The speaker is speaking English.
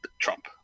Trump